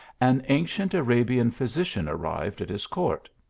an ancient arabian physician arrived at his court.